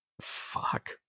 Fuck